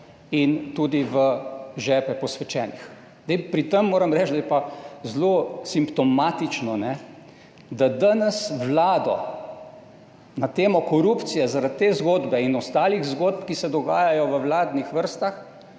in tudi v žepe posvečenih. Zdaj pri tem moram reči, da je pa zelo simptomatično, da danes Vlado na temo korupcije zaradi te zgodbe in ostalih zgodb, ki se dogajajo v vladnih vrstah,